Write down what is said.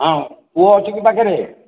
ହଁ ପୁଅ ଅଛି କି ପାଖରେ